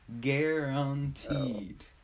Guaranteed